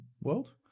world